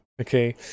Okay